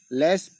less